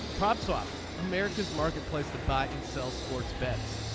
prop swap america's marketplace to buy and sell sports bets.